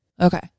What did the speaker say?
Okay